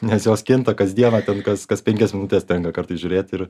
nes jos kinta kasdieną kas kas penkias minutes tenka kartais žiūrėt ir